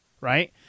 right